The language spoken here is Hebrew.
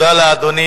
אדוני